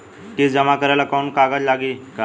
किस्त जमा करे ला कौनो कागज लागी का?